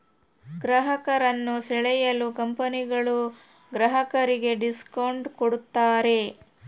ಗ್ರಾಹಕರನ್ನು ಸೆಳೆಯಲು ಕಂಪನಿಗಳು ಗ್ರಾಹಕರಿಗೆ ಡಿಸ್ಕೌಂಟ್ ಕೂಡತಾರೆ